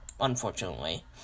Unfortunately